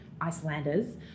Icelanders